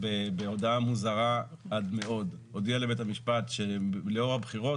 בהודעה מוזרה עד מאוד הודיע לבית המשפט שלאור הבחירות